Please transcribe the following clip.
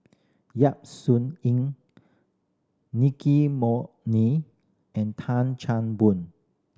Yap Sun Yin Nicky and Tan Chan Boon